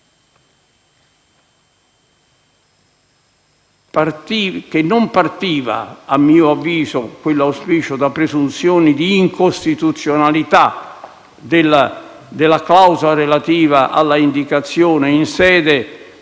della clausola relativa all'indicazione, in sede di procedimento elettorale, dei nomi del capo della forza politica e soprattutto del capo della coalizione. Quell'auspicio